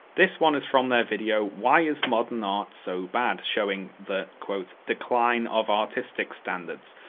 this one is from their video why is modern art so bad? showing the decline of artistic standards.